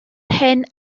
hen